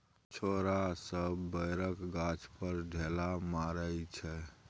छौरा सब बैरक गाछ पर ढेला मारइ छै